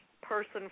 person